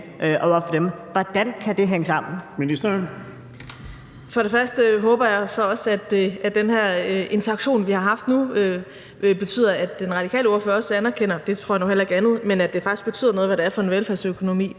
Hvordan kan det hænge sammen?